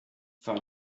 for